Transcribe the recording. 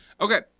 okay